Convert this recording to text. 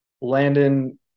landon